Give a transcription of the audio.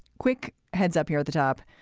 quick heads up here at the top.